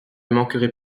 manquerait